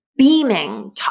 beaming